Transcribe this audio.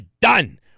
done